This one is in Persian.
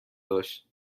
داشت